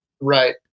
Right